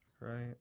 Right